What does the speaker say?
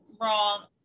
wrong